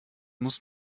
muss